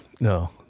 no